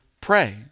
pray